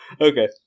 Okay